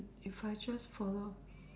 if I just followed